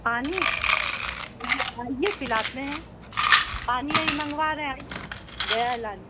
پانی آئیے پلاتے ہیں پانی ابھی منگوا رہے ہیں آئیے نا گیا ہے لانے